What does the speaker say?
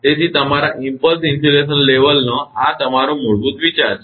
તેથી તમારા impulse insulation લેવલનો આ તમારો મૂળભૂત વિચાર છે